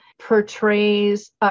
portrays